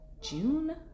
June